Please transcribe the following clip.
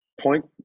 point